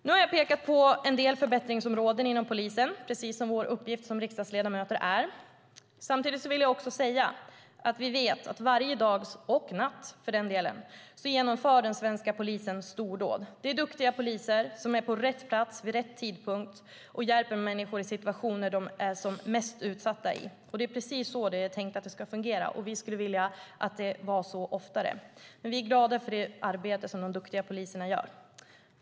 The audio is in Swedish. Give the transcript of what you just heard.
Nu har jag pekat på en del förbättringsområden inom polisen, precis som vår uppgift som riksdagsledamöter är. Samtidigt vill jag säga att vi vet att varje dag, och natt för den delen, genomför den svenska polisen stordåd. Det är duktiga poliser som är på rätt plats vid rätt tidpunkt och hjälper människor i situationer där de är som mest utsatta. Det är precis så det är tänkt att det ska fungera. Vi skulle vilja att det var så oftare, men vi är glada för det arbete som de duktiga poliserna gör.